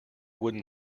wooden